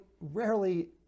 rarely